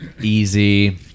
easy